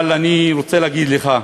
אבל אני רוצה להגיד לך,